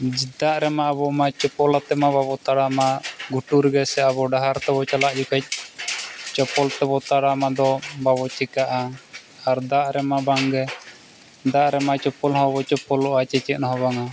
ᱫᱟᱜ ᱨᱮᱢᱟ ᱟᱵᱚ ᱢᱟ ᱪᱚᱯᱚᱞ ᱟᱛᱮ ᱢᱟ ᱵᱟᱵᱚ ᱛᱟᱲᱟᱢᱟ ᱜᱷᱩᱴᱩ ᱨᱮᱜᱮ ᱥᱮ ᱟᱵᱚ ᱰᱟᱦᱟᱨ ᱛᱮᱵᱚ ᱪᱟᱞᱟᱜ ᱡᱚᱠᱷᱚᱡ ᱪᱚᱯᱚᱞ ᱛᱮᱵᱚ ᱛᱟᱲᱟᱢᱟ ᱫᱚ ᱵᱟᱵᱚ ᱪᱤᱠᱟᱜᱼᱟ ᱟᱨ ᱫᱟᱜ ᱨᱮᱢᱟ ᱵᱟᱝᱜᱮ ᱫᱟᱜ ᱨᱮᱢᱟ ᱪᱚᱯᱚᱞ ᱦᱚᱸ ᱵᱟᱵᱚ ᱪᱚᱯᱚᱞᱚᱜᱼᱟ ᱪᱮᱪᱮᱫ ᱦᱚᱸ ᱵᱟᱝᱟ